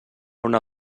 una